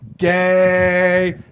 gay